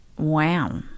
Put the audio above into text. Wow